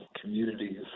communities